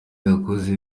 yakoze